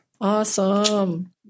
Awesome